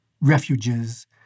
refuges